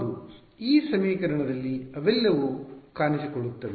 ಹೌದು ಈ ಸಮೀಕರಣದಲ್ಲಿ ಅವೆಲ್ಲವೂ ಕಾಣಿಸಿಕೊಳ್ಳುತ್ತವೆ